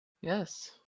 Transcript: Yes